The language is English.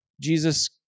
Jesus